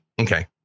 Okay